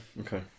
Okay